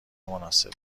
مناسب